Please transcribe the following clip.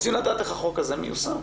רוצים לדעת איך החוק הזה מיושם.